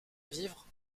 vivre